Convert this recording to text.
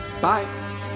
Bye